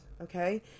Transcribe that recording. Okay